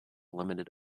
limited